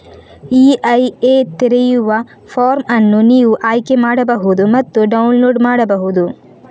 EIA ತೆರೆಯುವ form ಅನ್ನು ನೀವು ಆಯ್ಕೆ ಮಾಡಬಹುದು ಮತ್ತು ಡೌನ್ಲೋಡ್ ಮಾಡಬಹುದು